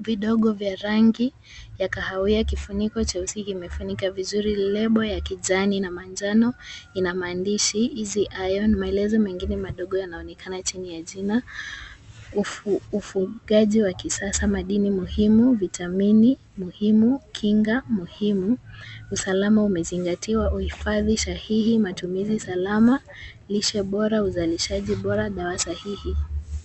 vidogo vya rangi ya kahawia. Kifuniko cheusi kimefunika vizuri. Lebo ya kijani na manjano ina maandishi Easy Iron , maelezo mengine madogo yanaonekana chini ya jina ufugaji wa kisasa, madini muhimu, vitamini muhimu, kinga muhimu, usalama umezingatiwa, uhifadhi sahihi, matumizi salama, lishe bora, uzalishaji bora, dawa sahihi.